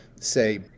say